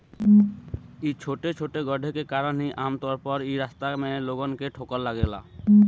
इ छोटे छोटे गड्ढे के कारण ही आमतौर पर इ रास्ता में लोगन के ठोकर लागेला